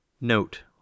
Note